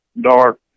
dark